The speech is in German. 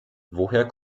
woher